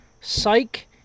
Psych